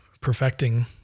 perfecting